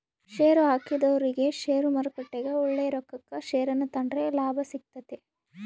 ಷೇರುಹಾಕಿದೊರಿಗೆ ಷೇರುಮಾರುಕಟ್ಟೆಗ ಒಳ್ಳೆಯ ರೊಕ್ಕಕ ಷೇರನ್ನ ತಾಂಡ್ರೆ ಲಾಭ ಸಿಗ್ತತೆ